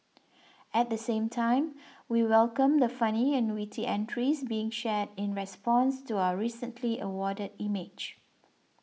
at the same time we welcome the funny and witty entries being shared in response to our recently awarded image